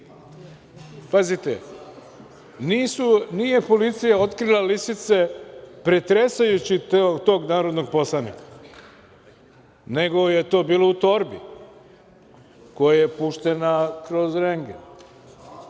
Pazite, nije policija otkrila lisice pretresajući tog narodnog poslanika, nego je to bilo u torbi, koja je puštena kroz rendgen.